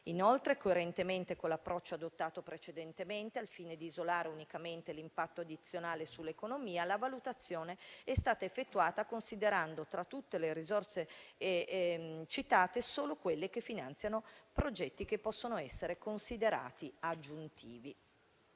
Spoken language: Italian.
Inoltre, coerentemente con l'approccio adottato precedentemente, al fine di isolare unicamente l'impatto addizionale sull'economia, la valutazione è stata effettuata considerando tra tutte le risorse citate solo quelle che finanziano progetti che possono essere considerati aggiuntivi.